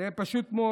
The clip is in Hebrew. זה פשוט מאוד.